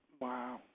Wow